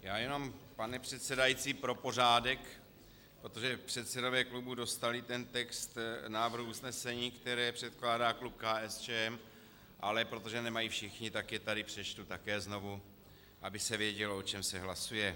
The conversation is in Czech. Já jenom, pane předsedající, pro pořádek, protože předsedové klubů dostali ten text návrhu usnesení, které předkládá klub KSČM, ale protože je nemají všichni, tak je tady přečtu také znovu, aby se vědělo, o čem se hlasuje: